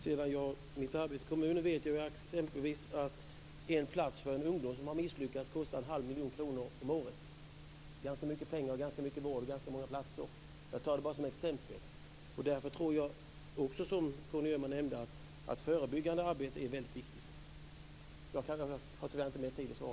Sedan mitt arbete i kommunen vet jag att en plats för en ungdom som har misslyckats kostar en halv miljon kronor om året. Det är ganska mycket pengar, mycket vård och ganska många platser. Det tar jag bara som ett exempel. Därför tror jag också som Conny Öhman att förebyggande arbete är väldigt viktigt. Jag hinner tyvärr inte mer.